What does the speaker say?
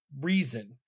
reason